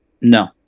No